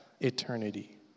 eternity